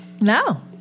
No